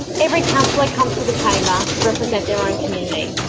every councillor comes to the chamber to represent their own community,